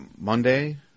Monday